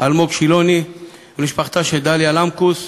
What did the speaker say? אלמוג שילוני ולמשפחתה של דליה למקוס,